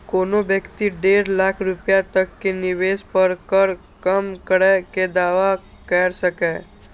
कोनो व्यक्ति डेढ़ लाख रुपैया तक के निवेश पर कर कम करै के दावा कैर सकैए